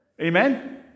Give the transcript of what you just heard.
Amen